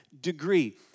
degree